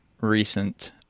recent